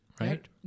Right